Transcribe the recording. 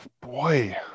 boy